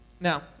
Now